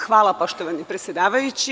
Hvala, poštovani predsedavajući.